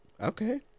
Okay